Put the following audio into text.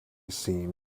scene